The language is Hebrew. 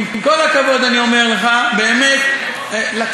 אני יודע, מה לעשות.